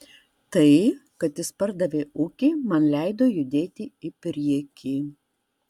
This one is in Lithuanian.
tai kad jis pardavė ūkį man leido judėti į priekį